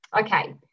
Okay